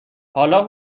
حالا